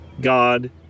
God